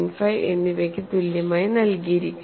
5 എന്നിവയ്ക്ക് തുല്യമായി വരയ്ക്കുന്നു